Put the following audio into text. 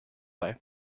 life